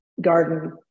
garden